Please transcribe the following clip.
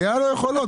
היו לו יכולות.